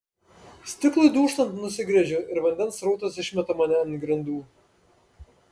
stiklui dūžtant nusigręžiu ir vandens srautas išmeta mane ant grindų